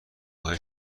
های